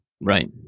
Right